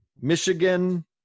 Michigan